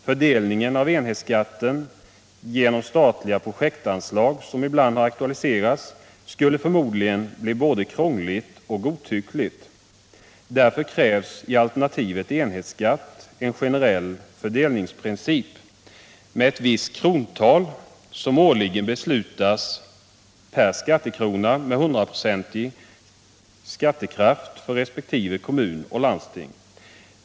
Fördelningen av enhetsskatten genom statliga projektanslag, som ibland har aktualiserats, skulle förmodligen bli både krånglig och godtycklig. Därför krävs i alternativet enhetsskatt en generell fördelningsprincip med ett visst krontal, som årligen beslutas, per skattekrona med 100-procentig skattekraft för resp. kommun och landsting.